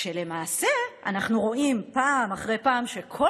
כשלמעשה אנחנו רואים פעם אחרי פעם שכל